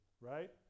right